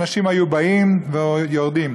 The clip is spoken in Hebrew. אנשים היו באים ויורדים.